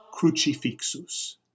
Crucifixus